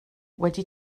wedi